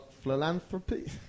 philanthropy